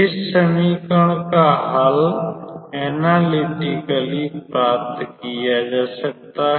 इस समीकरण का हल विश्लेषणात्मक प्राप्त किया जा सकता है